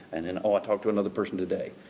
and then, oh i talked to another person today.